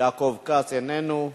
יעקב כץ, איננו,